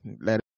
let